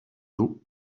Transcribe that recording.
eau